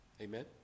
Amen